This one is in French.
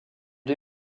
les